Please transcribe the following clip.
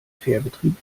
fährbetrieb